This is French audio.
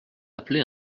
appeler